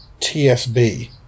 TSB